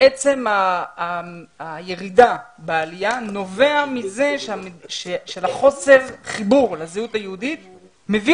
שעצם הירידה בעלייה נובע מחוסר החיבור לזהות היהודית וזה מביא